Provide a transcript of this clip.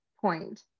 point